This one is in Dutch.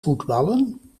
voetballen